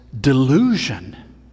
delusion